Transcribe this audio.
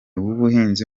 w’ubuhinzi